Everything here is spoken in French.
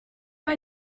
pas